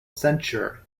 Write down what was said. censure